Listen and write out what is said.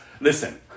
listen